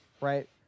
right